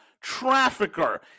trafficker